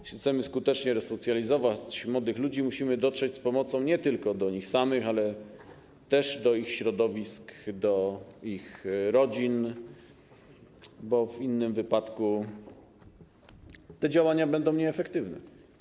Jeśli chcemy skutecznie resocjalizować młodych ludzi, musimy dotrzeć z pomocą nie tylko do nich samych, ale też do ich środowisk, do ich rodzin, bo w innym wypadku te działania będą nieefektywne.